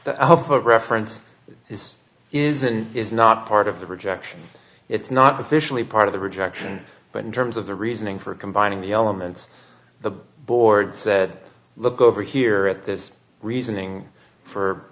the alpha reference is is and is not part of the projection it's not officially part of the rejection but in terms of the reasoning for combining the elements the board said look over here at this reasoning for